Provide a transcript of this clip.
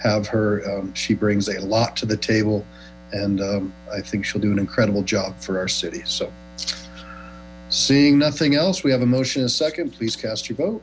have her she brings a lot to the table and i think she'll do an incredible job for our city so seeing nothing else we have a motion a second please cast your vote